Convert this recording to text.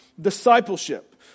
discipleship